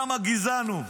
כמה גזען הוא.